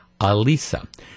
Alisa